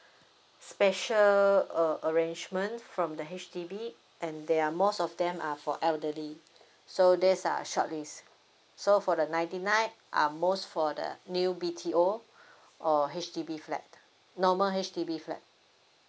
special a~ arrangement from the H_D_B and they are most of them are for elderly so these are shortlist so for the ninety nine are most for the new B_T_O or H_D_B flat normal H_D_B flat